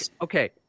okay